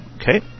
Okay